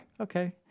Okay